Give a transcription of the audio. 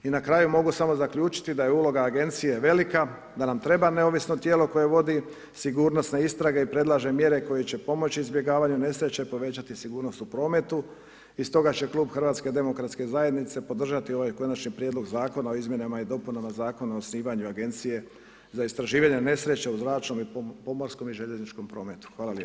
I na kraju mogu samo zaključiti da je uloga agencije velika, da nam treba neovisno tijelo koje vodi sigurnosne istrage i predlaže mjere koje će pomoći izbjegavanju nesreće, povećati sigurnost u prometu i stoga će klub HDZ-a podržati ovaj konačni prijedlog zakona o izmjenama i dopunama Zakona o osnivanju agencije za istraživanja nesreća u zračnom, pomorskom i željezničkom prometu.